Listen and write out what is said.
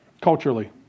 Culturally